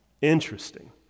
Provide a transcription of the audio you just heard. Interesting